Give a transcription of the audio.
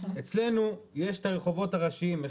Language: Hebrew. אצלנו יש את הרחובות הראשיים,